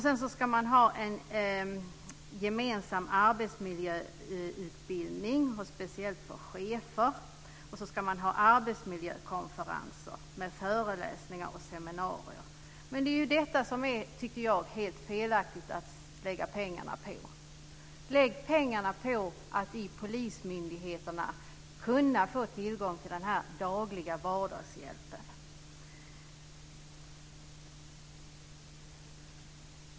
Man ska också ha en gemensam arbetsmiljöutbildning där chefernas roll speciellt betonas. Vidare ska det ordnas arbetsmiljökonferenser med föreläsningar och seminarier. Jag tycker att det är helt fel att lägga pengarna på detta. Lägg i stället pengarna på att ge polismyndigheterna tillgång till den dagliga vardagshjälpen.